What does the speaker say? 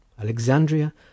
Alexandria